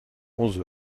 onze